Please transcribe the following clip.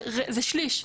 זה שליש.